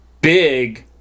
big